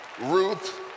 Ruth